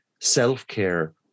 self-care